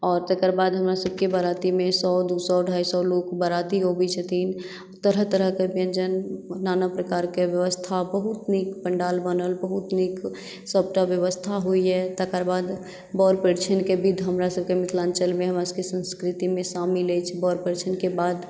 आओर तकर बाद हमरा सभकेँ बारातीमे सए दू सए ढ़ाई सए लोक बाराती अबै छथिन तरह तरहकेँ व्यञ्जन नाना प्रकारकेँ व्यवस्था बहुत नीक पण्डाल बनल बहुत नीक सभटा व्यवस्था होइया तकर बाद वर परिछनके विध हमरा सभकेॅं मिथिलाञ्चलमे हमरा सभके संस्कृतिमे शामिल अछि वर परिछनके बाद